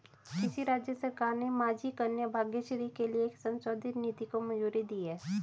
किस राज्य सरकार ने माझी कन्या भाग्यश्री के लिए एक संशोधित नीति को मंजूरी दी है?